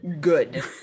good